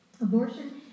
Abortion